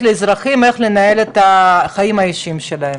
לאזרחים איך לנהל את החיים האישיים שלהם.